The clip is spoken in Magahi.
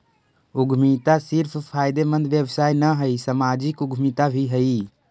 उद्यमिता सिर्फ फायदेमंद व्यवसाय न हई, सामाजिक उद्यमिता भी हई